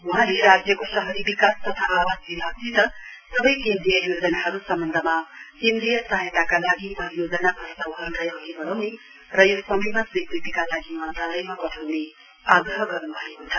वहाँले राज्यको शहरी विकास तथा आवास विभागसित सवै केन्द्रीय योजनाहरु सम्वन्धमा केन्द्रीय सहायताका लागि परियोजना प्रस्तावहरुलाई अघि वढाउने र यो समयमा स्वीकृतिका लागि मन्त्रालयमा पठाउने आग्रह गर्नुभएको छ